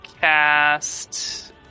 cast